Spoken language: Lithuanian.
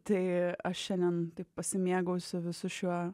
tai aš šiandien taip pasimėgausiu visu šiuo